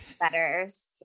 letters